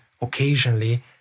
occasionally